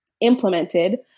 implemented